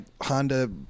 Honda